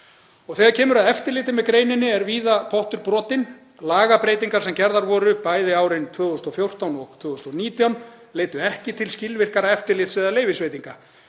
Þegar kemur að eftirliti með greininni er pottur víða brotinn. Lagabreytingar, sem gerðar voru bæði árin 2014 og 2019, leiddu ekki til skilvirkara eftirlits eða leyfisveitinga.